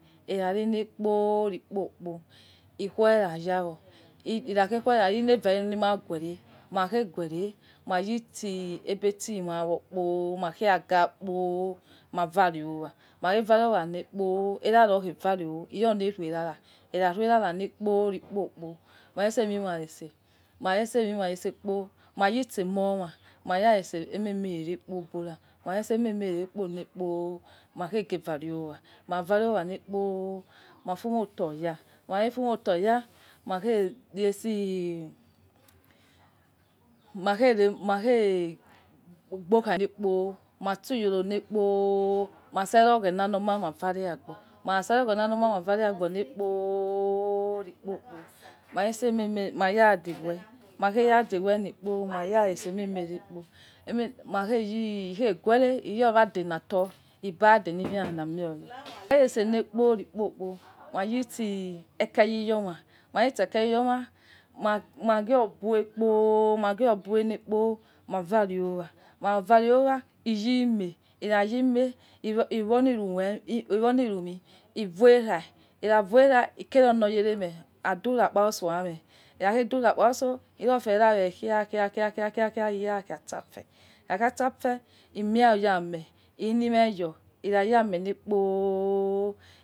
Aina reli kpo likpo kpo ukhu yara yawo ikha ghe ira yawo yo le vare maghure, mahaghe gue haoitsi ebofo mawo makhaga kpo ma vare. Mahaghe vare owale era ra ghe vare yole eve era na ikhage rue era likpo lekpo kpo ma itse mie ma iste ma kha itse mi ma itse makha itse mi ma itse lekpo, ma ye itse emo ma. Maya itse maimie ne re kpo obora maghe itse memie re kpo maghe vare owa, wa maghe vare owa lekpo. ifue oto ya, ikhaghe fue oto ya le maghe maghe bo, okhaime masui iyọoo lekpo. Masue oghena ho mono vare agbo maha sue oghena no mama vare agbo lekpo likpo kpo maghe ra degwe mahaghe degwe lekpo maya itse may rere kpo maghe yi, ikhaguene iyo wan delato ibade mie la mio oya ikhaghe isele ikpo likpo kpo rua yitse ekeoi iyoma maha ye itse kesi iyams ta aghio bu kpo maghio bukpo ma vare owa. Makha vare owa ma yime maghe yima iwole erumie ivora ikha wona ikere ole yereme aidukpa ilso aime ikhaghe dura kpa useh ighe rawe kha kha kha ikue safe ikhaghe safe imiaya veme yo iya ame lekpo.